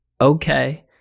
okay